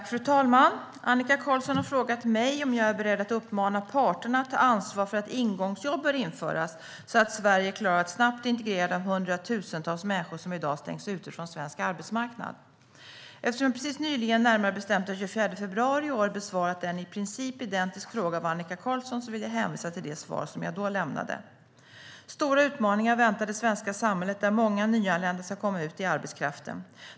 Fru talman! Annika Qarlsson har frågat mig om jag är beredd att uppmana parterna att ta ansvar för att ingångsjobb bör införas, så att Sverige klarar att snabbt integrera de hundratusentals människor som i dag stängs ute från svensk arbetsmarknad. Eftersom jag alldeles nyligen, närmare bestämt den 24 februari i år, besvarat en i princip identisk fråga från Annika Qarlsson vill jag hänvisa till det svar som jag då lämnade. Stora utmaningar väntar det svenska samhället när många nyanlända ska komma ut i arbetskraften.